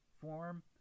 form